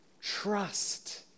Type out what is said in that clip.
Trust